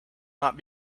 not